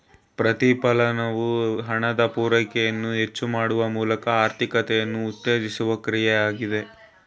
ಪ್ರತಿಫಲನವು ಹಣದ ಪೂರೈಕೆಯನ್ನು ಹೆಚ್ಚು ಮಾಡುವ ಮೂಲಕ ಆರ್ಥಿಕತೆಯನ್ನು ಉತ್ತೇಜಿಸುವ ಕ್ರಿಯೆ ಆಗಿದೆ